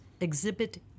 exhibit